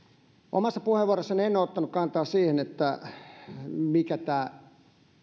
omassa puheenvuorossani en ole ottanut kantaa siihen mikä tämä